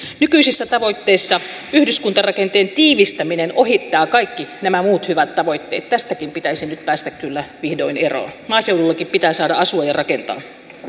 nykyisissä tavoitteissa yhdyskuntarakenteen tiivistäminen ohittaa kaikki nämä muut hyvät tavoitteet tästäkin pitäisi nyt päästä kyllä vihdoin eroon maaseudullakin pitää saada asua ja rakentaa